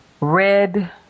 red